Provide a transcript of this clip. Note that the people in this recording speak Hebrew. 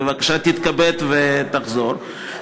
אז בבקשה תתכבד ותחזור.